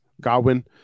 Godwin